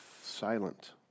silent